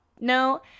no